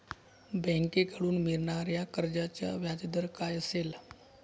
बँकेकडून मिळणाऱ्या कर्जाचा व्याजदर काय असेल?